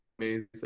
amazing